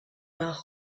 war